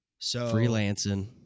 Freelancing